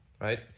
right